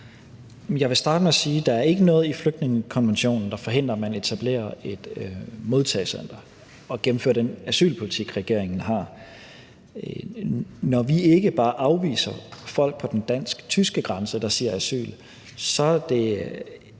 Jeg vil starte med at sige, at der ikke er noget i flygtningekonventionen, der forhindrer, at man etablerer et modtagecenter og gennemfører den asylpolitik, regeringen har. Når vi ikke bare afviser folk ved den dansk-tyske grænse, der siger asyl, er det